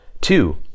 two